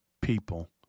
people